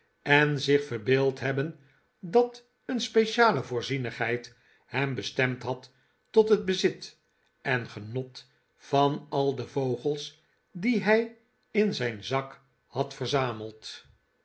en zich verbeeld hebben dat een speciale voorzienigheid hem bestemd had tot het bezit en genot van al de vogels die hij in zijn zak had verzameld